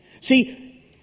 See